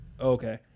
Okay